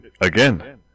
Again